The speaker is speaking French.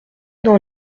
dans